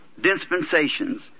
dispensations